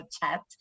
chat